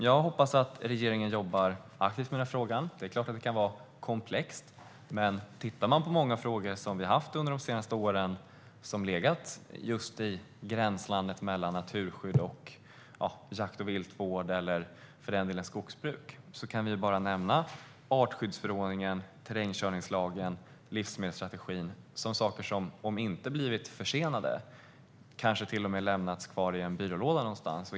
Jag hoppas att regeringen jobbar aktivt med denna fråga även om den kan vara komplex. Under senare år har många frågor som har legat i gränslandet mellan naturskydd och jakt och viltvård eller skogsbruk, till exempel artskyddsförordningen, terrängkärningslagen och livsmedelsstrategin, antingen blivit försenade eller till och med legat kvar i en byrålåda någonstans.